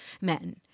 men